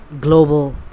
global